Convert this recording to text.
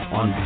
on